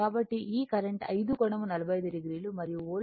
కాబట్టి ఈ కరెంట్ 5 కోణం 45 o మరియు వోల్టేజ్ 70